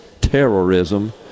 terrorism